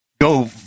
go